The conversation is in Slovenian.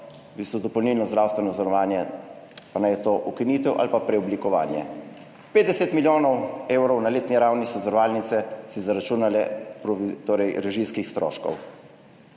v bistvu dopolnilno zdravstveno zavarovanje, pa naj je to ukinitev ali pa preoblikovanje. 50 milijonov evrov na letni ravni, so zavarovalnice si zaračunale torej režijskih stroškov.